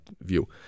view